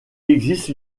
existe